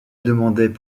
demandaient